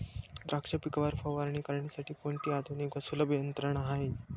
द्राक्ष पिकावर फवारणी करण्यासाठी कोणती आधुनिक व सुलभ यंत्रणा आहे?